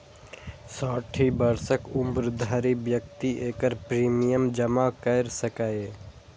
साठि वर्षक उम्र धरि व्यक्ति एकर प्रीमियम जमा कैर सकैए